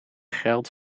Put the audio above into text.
geldt